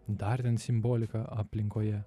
dar ten simbolika aplinkoje